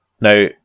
Now